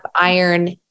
iron